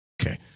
Okay